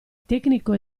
tecnico